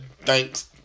thanks